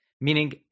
Meaning